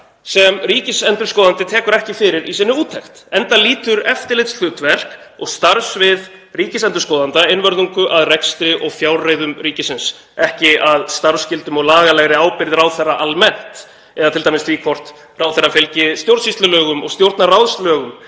sem ríkisendurskoðandi tekur ekki fyrir í sinni úttekt, enda lýtur eftirlitshlutverk og starfssvið ríkisendurskoðanda einvörðungu að rekstri og fjárreiðum ríkisins, ekki að starfsskyldum og lagalegri ábyrgð ráðherra almennt eða t.d. hvort ráðherra fylgi stjórnsýslulögum og stjórnarráðslögum